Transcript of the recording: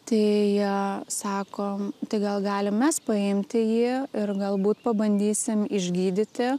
tai sakom tai gal galim mes paimti jį ir galbūt pabandysim išgydyti